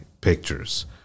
pictures